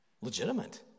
legitimate